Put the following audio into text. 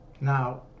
Now